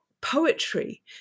poetry